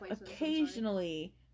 occasionally